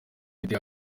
afite